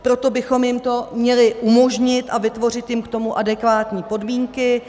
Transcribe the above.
Proto bychom jim to měli umožnit a vytvořit jim k tomu adekvátní podmínky.